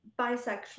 Bisexual